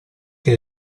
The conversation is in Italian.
che